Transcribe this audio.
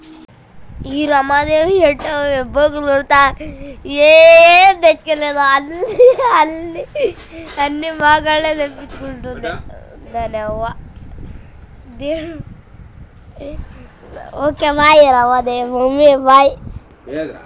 ప్రతి సంవత్సరం ప్రపంచవ్యాప్తంగా కొన్ని మిలియన్ టన్నుల పొగాకు ఉత్పత్తి అవుతుంది